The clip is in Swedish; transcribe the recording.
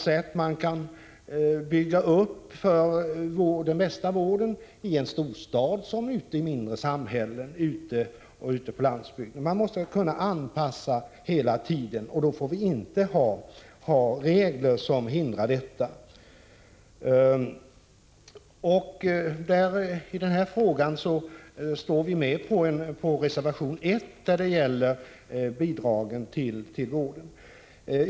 Den bästa vården bygger man inte upp på samma sätt i en storstad och i mindre samhällen ute på landsbygden. Man måste hela tiden kunna anpassa vården till förhållandena, och då får vi inte ha regler som hindrar detta. Av det skälet står vi bakom reservation 1, som gäller bidragen till vården.